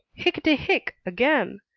hicketty-hick! again,